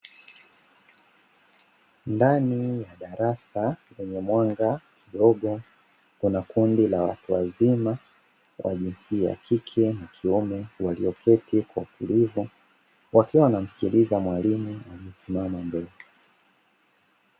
Ndani ya darasa lenye mwanga mdogo kuna kundi la watu wazima wa jinsia kike na kiume, walioketi kwa utulivu wakiwa wanamsikiliza mwalimu amesimama mbele.